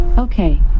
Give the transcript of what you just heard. Okay